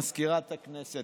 מזכירת הכנסת,